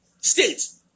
States